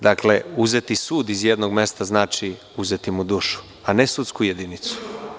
Dakle, uzeti sud iz jednog mesta znači uzeti mu dušu, a ne sudsku jedinicu.